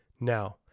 Now